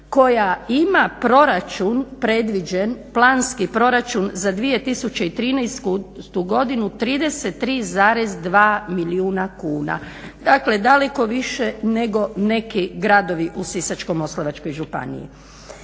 koja ima proračun predviđen, planski proračun za 2013.godinu 33,2 milijuna kuna. Dakle daleko više nego neki gradovi u Sisačko-moslavačkoj županiji.